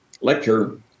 lecture